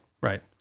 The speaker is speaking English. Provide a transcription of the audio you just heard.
right